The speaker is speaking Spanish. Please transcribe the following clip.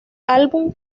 álbum